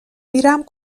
میرم